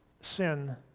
sin